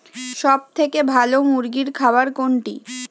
সবথেকে ভালো মুরগির খাবার কোনটি?